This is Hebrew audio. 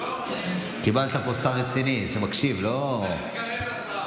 קיבלת פה שר רציני, שמקשיב, לא, אני מתקרב לשר.